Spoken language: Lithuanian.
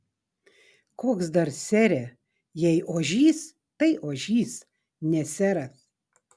koks dar sere jei ožys tai ožys ne seras